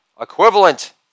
equivalent